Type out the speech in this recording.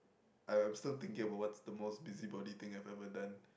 I'm still thinking about what's the most busybody thing I've ever done